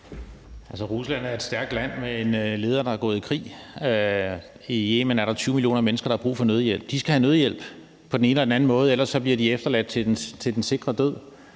Rusland er stærkt land med en leder, der er gået i krig. I Yemen er der 20 millioner mennesker, som har brug for nødhjælp, og de skal have nødhjælp på den ene eller den anden måde, for ellers bliver de efterladt til den sikre død.